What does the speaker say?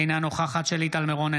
אינה נוכחת שלי טל מירון,